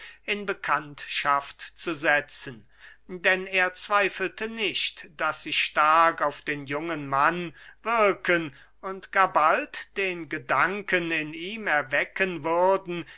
in bekanntschaft zu setzen denn er zweifelte nicht daß sie stark auf den jungen mann wirken und gar bald den gedanken in ihm erwecken würden